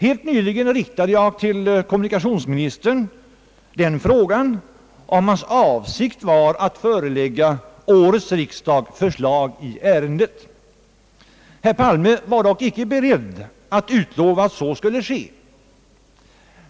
Helt naturligt riktade jag till kommunikationsministern frågan om hans avsikt var att förelägga årets riksdag förslag i ärendet. Herr Palme var dock icke beredd att utlova att så skulle ske.